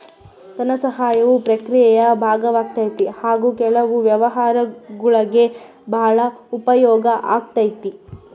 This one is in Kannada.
ಧನಸಹಾಯವು ಪ್ರಕ್ರಿಯೆಯ ಭಾಗವಾಗೈತಿ ಹಾಗು ಕೆಲವು ವ್ಯವಹಾರಗುಳ್ಗೆ ಭಾಳ ಉಪಯೋಗ ಆಗೈತೆ